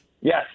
Yes